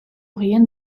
rien